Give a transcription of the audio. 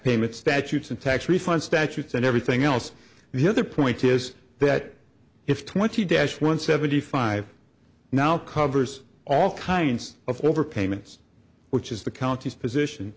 payment statutes and tax refund statutes and everything else the other point is that if twenty dash one seventy five now covers all kinds of overpayments which is the county's position